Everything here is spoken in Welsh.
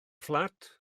fflat